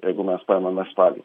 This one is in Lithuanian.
jeigu mes paimame spalį